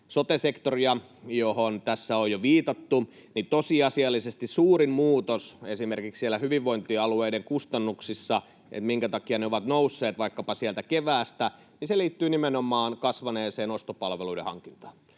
sote-sektoria, johon tässä on jo viitattu, niin tosiasiallisesti suurin muutos, minkä takia esimerkiksi hyvinvointialueiden kustannukset ovat nousseet vaikkapa keväästä, liittyy nimenomaan kasvaneeseen ostopalveluiden hankintaan